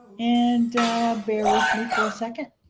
and bear with me for a second.